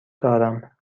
دارم